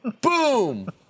Boom